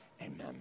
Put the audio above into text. Amen